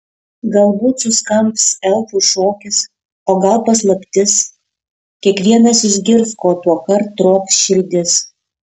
galbūt suskambs elfų šokis o gal paslaptis kiekvienas išgirs ko tuokart trokš širdis